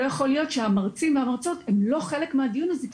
לא יכול להיות שהמרצים והמרצות הם לא חלק מהדיון הזה,